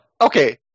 Okay